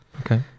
Okay